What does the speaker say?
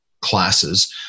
classes